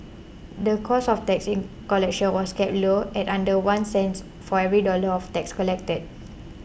the cost of tax collection was kept low at under one cent for every dollar of tax collected